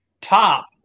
top